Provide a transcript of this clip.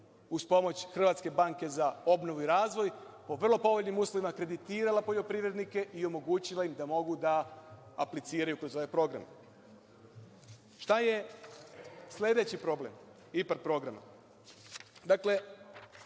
uz pomoć Hrvatske banke za obnovu i razvoj po vrlo povoljnim uslovima kreditirala poljoprivrednike i omogućila im da mogu da apliciraju kroz ovaj program. Šta je sledeći problem IPAR programa?